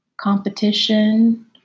competition